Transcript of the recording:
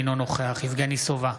אינו נוכח יבגני סובה,